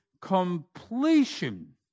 completion